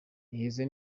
iheze